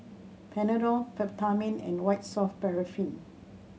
Panadol Peptamen and White Soft Paraffin